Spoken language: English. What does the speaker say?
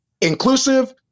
inclusive